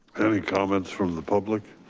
any comments from the public?